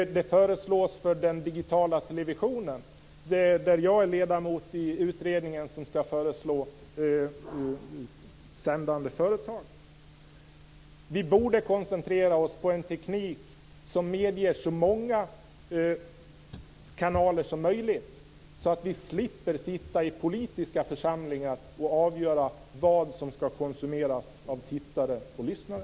Det föreslås också för den digitala televisionen, och jag är ledamot i utredningen som skall föreslå sändande företag. Vi borde koncentrera oss på en teknik som medger så många kanaler som möjligt så att vi slipper sitta i politiska församlingar och avgöra vad som skall konsumeras av tittare och lyssnare.